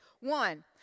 One